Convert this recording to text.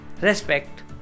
respect